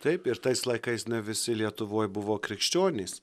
taip ir tais laikais ne visi lietuvoj buvo krikščionys